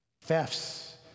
Thefts